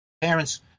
Parents